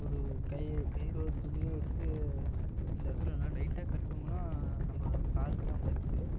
ஒரு கை கயிறோ துணியோ எடுத்து இந்த இடத்துல நல்லா டைட்டாக கட்டினமுனா நம்ம காலுக்கு தான் பாதிப்பு